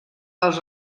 els